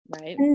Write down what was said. right